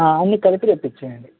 అన్ని కలిపి రేపు ఇచ్చేయండి